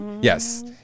Yes